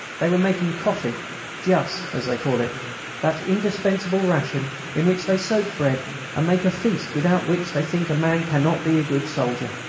they were making coffee jus, as they call it that indispensable ration in which they soak bread and make a feast without which they think a man cannot be a good soldier.